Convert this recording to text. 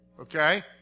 Okay